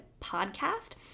podcast